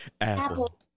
Apple